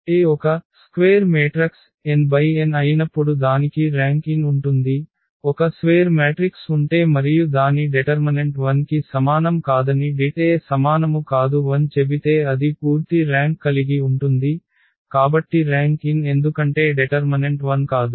A ఒక square మాత్రిక n×n అయినప్పుడు దానికి ర్యాంక్ n ఉంటుంది ఒక స్వేర్ మ్యాట్రిక్స్ ఉంటే మరియు దాని డెటర్మనెంట్ 0 కి సమానం కాదని det A ≠ 0 చెబితే అది పూర్తి ర్యాంక్ కలిగి ఉంటుంది కాబట్టి ర్యాంక్ n ఎందుకంటే డెటర్మనెంట్ 0 కాదు